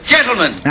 Gentlemen